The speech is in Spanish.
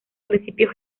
principios